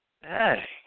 Hey